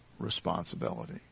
responsibility